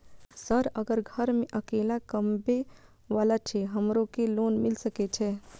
Sir अगर घर में अकेला कमबे वाला छे हमरो के लोन मिल सके छे?